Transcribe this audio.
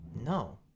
No